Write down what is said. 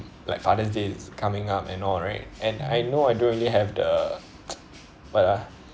like father day is coming up and all right and I know I don't really have the what ah